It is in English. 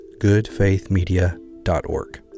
goodfaithmedia.org